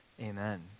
Amen